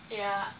yeah